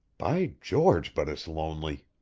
by george, but it's lonely!